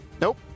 Nope